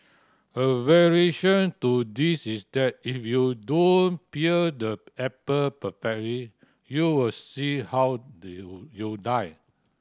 a variation to this is that if you don't peel the apple perfectly you will see how you die